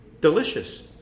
delicious